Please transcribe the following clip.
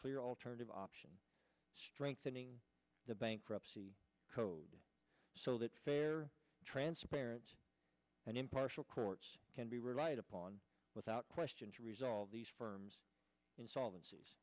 clear alternative options strengthening the bankruptcy code so that fair transparent and impartial courts can be relied upon without question to resolve these firms insolv